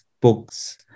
books